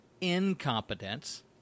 incompetence